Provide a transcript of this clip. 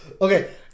Okay